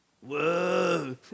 Whoa